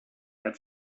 had